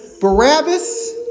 Barabbas